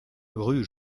rue